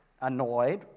annoyed